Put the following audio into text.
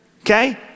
Okay